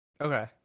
Okay